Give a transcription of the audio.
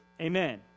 Amen